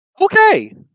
Okay